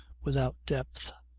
without depth,